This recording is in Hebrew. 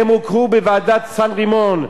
הן הוכרו בוועדת סן-רמו,